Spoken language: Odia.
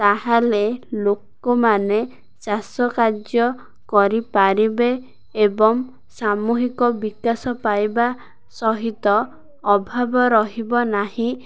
ତାହେଲେ ଲୋକମାନେ ଚାଷ କାର୍ଯ୍ୟ କରିପାରିବେ ଏବଂ ସାମୁହିକ ବିକାଶ ପାଇବା ସହିତ ଅଭାବ ରହିବ ନାହିଁ